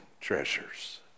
treasures